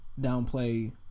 downplay